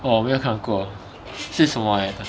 orh 我没有看过是什么来的